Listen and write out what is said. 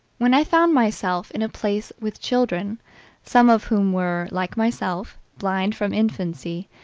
when i found myself in a place with children some of whom were, like myself, blind from infancy,